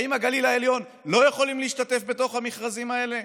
האם הגליל העליון לא יכול להשתתף בתוך המכרזים האלה?